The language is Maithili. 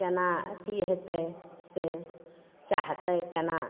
केना अथी हेतै से चाहतै केना